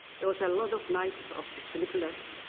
there was a lot of nights of sleepless,